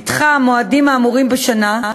נדחו המועדים האמורים בשנה,